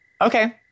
Okay